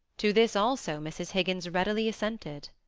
to this also mrs. higgins readily assented.